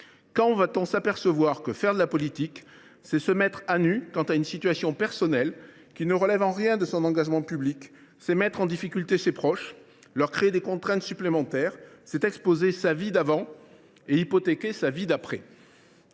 Quand va t on s’apercevoir que faire de la politique, c’est se mettre à nu et dévoiler sa situation personnelle, laquelle ne relève en rien de l’engagement public ? C’est mettre en difficulté ses proches, leur créer des contraintes supplémentaires. C’est exposer sa vie d’avant et hypothéquer sa vie d’après.